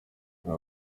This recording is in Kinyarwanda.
aba